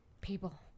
People